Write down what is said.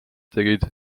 tegid